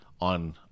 on